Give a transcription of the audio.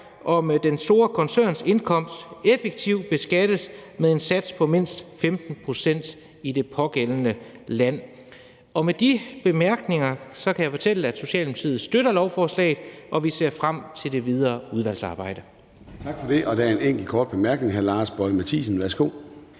om den store koncerns indkomst effektivt beskattes med en sats på mindst 15 pct. i det pågældende land. Med de bemærkninger kan jeg fortælle, at Socialdemokratiet støtter lovforslaget, og vi ser frem til det videre udvalgsarbejde. Kl. 13:27 Formanden (Søren Gade): Tak for det. Der er en enkelt kort bemærkning. Hr. Lars Boje Mathiesen, værsgo.